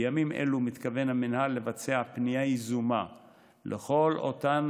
בימים אלו מתכוון המינהל לבצע פנייה יזומה לכל אותן